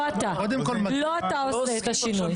לא אתה עושה את השינוי.